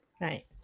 Right